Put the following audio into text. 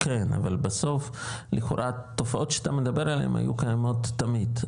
כן אבל בסוף לכאורה תופעות שאתה מדבר עליהם היו קיימות תמיד,